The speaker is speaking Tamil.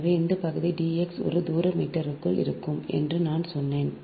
எனவே அந்த பகுதி d x ஒரு சதுர மீட்டருக்குள் இருக்கும் என்று நான் சொன்னேன்